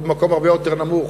היא במקום הרבה יותר נמוך.